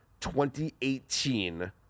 2018